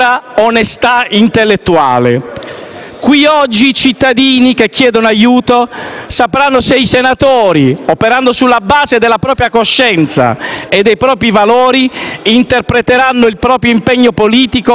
Qui, oggi, i cittadini che chiedono aiuto sapranno i senatori che, operando sulla base della propria coscienza e dei propri valori, interpreteranno il proprio impegno politico quale servizio per i cittadini